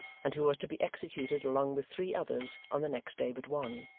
and who was to be executed along with three others, on the next day but one.